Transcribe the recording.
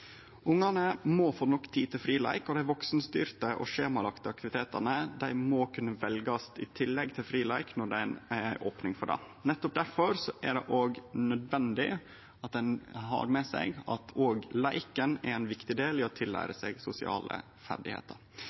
aktivitetane må kunne veljast i tillegg til fri leik når det er opning for det. Nettopp difor er det nødvendig å ha med seg at òg leiken er ein viktig del i det å lære seg sosiale